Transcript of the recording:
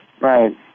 Right